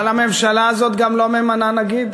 אבל הממשלה הזאת גם לא ממנה נגיד.